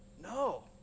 No